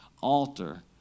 altar